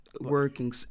Working